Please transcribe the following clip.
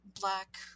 black